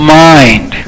mind